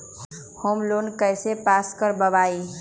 Home loan कैसे pass कर बाबई?